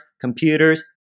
computers